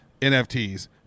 NFTs